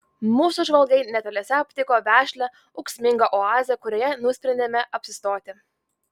mūsų žvalgai netoliese aptiko vešlią ūksmingą oazę kurioje nusprendėme apsistoti